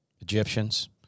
Egyptians